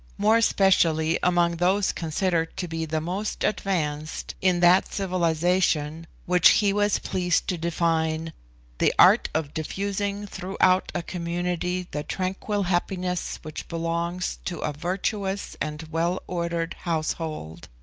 more especially among those considered to be the most advanced in that civilisation which he was pleased to define the art of diffusing throughout a community the tranquil happiness which belongs to a virtuous and well-ordered household.